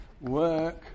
work